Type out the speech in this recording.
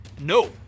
No